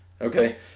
Okay